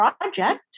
project